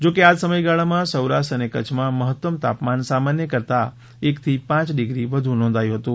જોકે આજ સમયગાળામાં સૌરાષ્ટ્ર અને કચ્છમાં મહત્તમ તાપમાન સામાન્ય કરતાં એકથી પાંચ ડિગ્રી વધુ નોંધાયું હતું